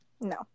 No